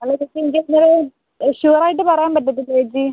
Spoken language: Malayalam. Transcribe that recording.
അല്ല ഇത് ഷുവറായിട്ട് പറയാൻ പറ്റത്തില്ലേ ചേച്ചി